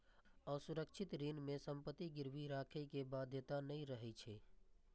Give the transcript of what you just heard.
असुरक्षित ऋण मे संपत्ति गिरवी राखै के बाध्यता नै रहै छै